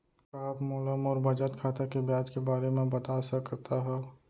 का आप मोला मोर बचत खाता के ब्याज के बारे म बता सकता हव?